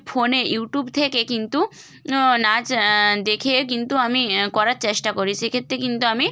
ফোনের ইউটিউব থেকে কিন্তু নাচ দেখে কিন্তু আমি করার চেষ্টা করি সেক্ষেত্রে কিন্তু আমি